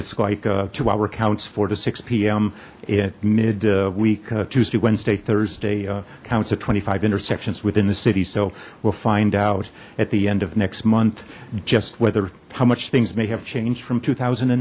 it's like two hour counts four to six p m it mid week tuesday wednesday thursday counts of twenty five intersections within the city so we'll find out at the end of next month just whether how much things may have changed from two thousand